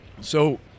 So-